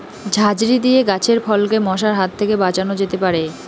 ঝাঁঝরি দিয়ে গাছের ফলকে মশার হাত থেকে বাঁচানো যেতে পারে?